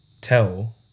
tell